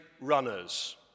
runners